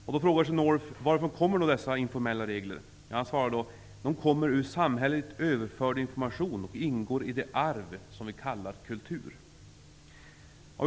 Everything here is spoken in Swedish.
Vidare frågar sig North varifrån dessa informella regler kommer. Han svarar själv: ''De kommer ur samhälleligt överförd information och ingår i det arv som vi kallar kultur.''